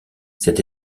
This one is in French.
cette